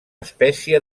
espècie